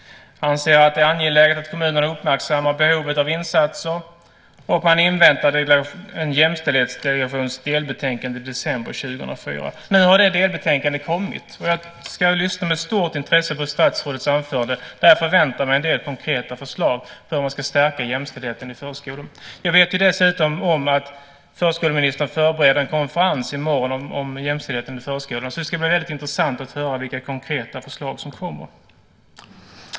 Man anser att det är angeläget att kommunerna uppmärksammar behovet av insatser, och man inväntar en jämställdhetsdelegations delbetänkande december 2004. Nu har det delbetänkandet kommit. Jag ska med stort intresse lyssna på statsrådets anförande, där jag förväntar mig en del konkreta förslag på hur man ska stärka jämställdheten i förskolan. Jag vet att förskoleministern förbereder en konferens i morgon om jämställdheten i förskolan. Så det ska bli väldigt intressant att få höra vilka konkreta förslag som kommer.